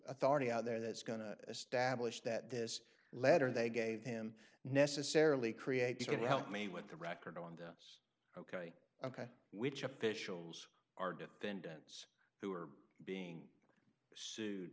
authority out there that's going to establish that this letter they gave him necessarily created to help me with the record on this ok ok which officials are defendants who are being sued